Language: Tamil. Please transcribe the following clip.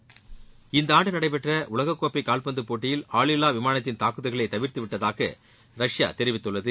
ரஷ்பா த்ரோன் அட்டாக் இந்த ஆண்டு நடைபெற்ற உலகக்கோப்பை கால்பந்து போட்டியில் ஆளில்லா விமானத்தின் தாக்குதல்களை தவிர்த்து விட்டதாக ரஷ்யா தெரிவித்துள்ளது